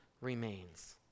remains